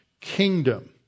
kingdom